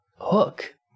hook